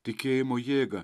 tikėjimo jėgą